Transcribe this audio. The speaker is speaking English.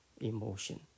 emotion